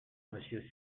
monsieur